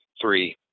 three